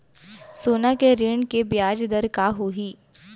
सोना के ऋण के ब्याज दर का होही?